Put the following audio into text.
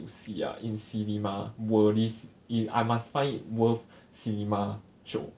to see ah in cinema worthy eh I must find it worth cinema show